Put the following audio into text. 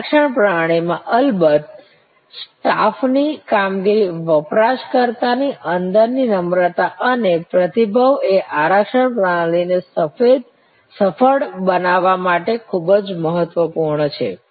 આરક્ષણ પ્રણાલીમાં અલબત્ત સ્ટાફની કામગીરી વપરાશકર્તા ની અંદરની નમ્રતા અને પ્રતિભાવ એ આરક્ષણ પ્રણાલીને સફળ બનાવવા માટે ખૂબ જ મહત્વપૂર્ણ છે